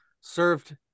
served